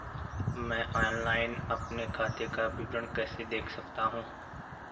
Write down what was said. मैं ऑनलाइन अपने खाते का विवरण कैसे देख सकता हूँ?